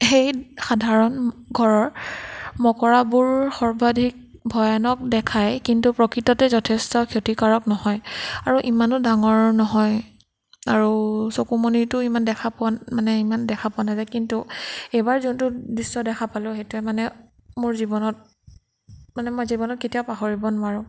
সেই সাধাৰণ ঘৰৰ মকৰাবোৰ সৰ্বাধিক ভয়ানক দেখায় কিন্তু প্ৰকৃততে যথেষ্ট ক্ষতিকাৰক নহয় আৰু ইমানো ডাঙৰ নহয় আৰু চকুৰ মণিটো ইমান দেখা পোৱা মানে ইমান দেখা পোৱা নাযায় কিন্তু এইবাৰ যোনটো দৃশ্য় দেখা পালোঁ সেইটোৱে মানে মোৰ জীৱনত মানে মই জীৱনত কেতিয়াও পাহৰিব নোৱাৰো